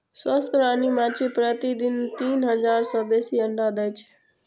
स्वस्थ रानी माछी प्रतिदिन तीन हजार सं बेसी अंडा दै छै